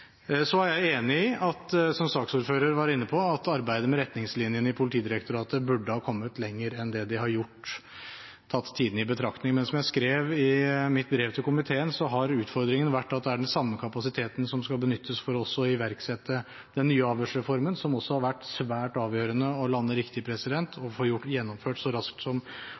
Så er jeg enig i, som saksordfører var inne på, at arbeidet med retningslinjene i Politidirektoratet burde ha kommet lenger enn det det har gjort, tiden tatt i betraktning. Men som jeg skrev i mitt brev til komiteen, har utfordringen vært at den samme kapasiteten også skal benyttes til å iverksette den nye avhørsreformen, som også har vært svært avgjørende å lande riktig og få gjennomført så raskt som